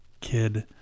kid